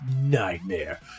Nightmare